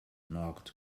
knocked